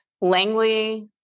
Langley